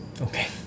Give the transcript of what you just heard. Okay